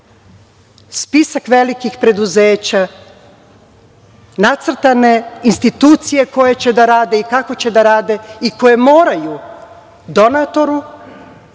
spisak velikih preduzeća nacrtane institucije koje će da rade i kako će da rade i koje moraju donatoru,